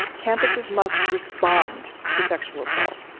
campuses must respond to sexual assault.